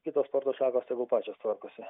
kitos sporto šakos tegu pačios tvarkosi